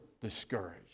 discouraged